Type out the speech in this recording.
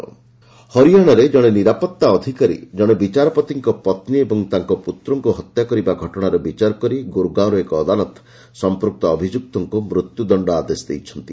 Haryana death penalty ହରିଆଶାରେ ଜଣେ ନିରାପତ୍ତା ଅଧିକାରୀ ଜଣେ ବିଚାରପତିଙ୍କ ପତ୍ନୀ ଓ ତାଙ୍କ ପୁତ୍ରଙ୍କୁ ହତ୍ୟା କରିବା ଘଟଣାର ବିଚାର କରି ଗୁରୁଗ୍ରାମର ଏକ ଅଦାଲତ ସମ୍ପୃକ୍ତ ଅଭିଯୁକ୍ତଙ୍କୁ ମୃତ୍ୟୁ ଦଶ୍ଡ ଆଦେଶ ଦେଇଛନ୍ତି